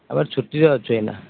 ଆମର ଛୁଟିରେ ଅଛୁ ଏଇନା